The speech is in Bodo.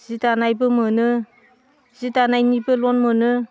जि दानायबो मोनो जि दानायनिबो ल'न मोनो